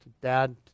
Dad